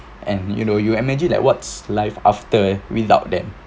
and you know you imagine like what's life after without them